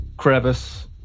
crevice